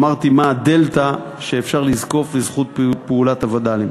אמרתי מה הדלתא שאפשר לזקוף לזכות פעולת הווד"לים.